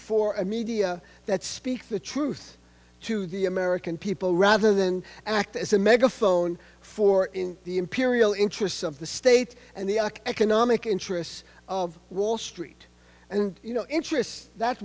for a media that speak the truth to the american people rather than act as a megaphone for in the imperial interests of the state and the uk economic interests of wall street and you know interest that